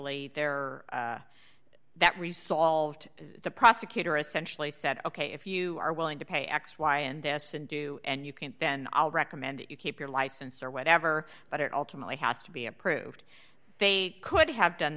y there that resolved the prosecutor essentially said ok if you are willing to pay x y and s and do and you can't then i'll recommend that you keep your license or whatever but it ultimately has to be approved they could have done